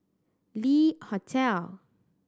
Le Hotel